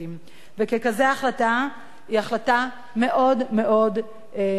החלטה כזאת היא החלטה מאוד מאוד מסייעת,